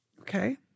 Okay